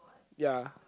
ya